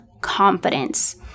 confidence